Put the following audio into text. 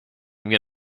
going